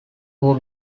who